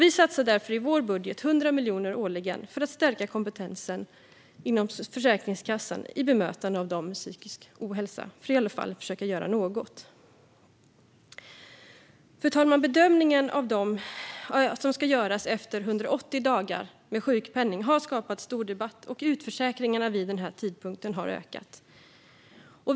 Vi satsar därför i vår budget 100 miljoner årligen för att stärka kompetensen inom Försäkringskassan i bemötandet av dem med psykisk ohälsa, detta för att i alla fall försöka göra något. Fru talman! Bedömningen som ska göras efter 180 dagar med sjukpenning har skapat stor debatt, och utförsäkringarna vid denna tidpunkt har ökat.